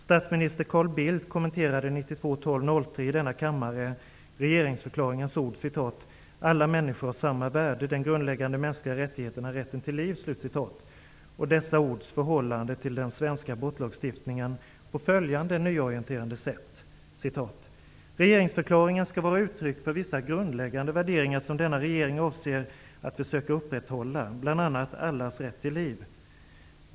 december 1992 i denna kammare regeringsförklaringens ord ''Alla människor har samma värde. Den grundläggande mänskliga rättigheten är rätten till liv'' och dessa ords förhållande till den svenska abortlagstiftningen på följande nyorienterande sätt: ''Regeringsförklaringen skall vara uttryck för vissa grundläggande värderingar som denna regering avser att försöka upprätthålla, bl.a. allas rätt till liv.